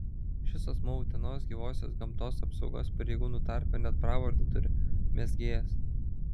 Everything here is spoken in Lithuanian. šis asmuo utenos gyvosios gamtos apsaugos pareigūnų tarpe net pravardę turi mezgėjas